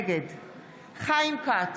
נגד חיים כץ,